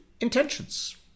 intentions